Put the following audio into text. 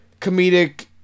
comedic